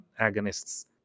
agonists